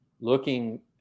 looking